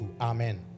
Amen